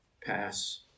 pass